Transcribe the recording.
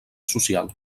social